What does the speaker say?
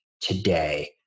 today